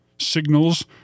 Signals